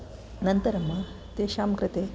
अनन्तरं तेषां कृते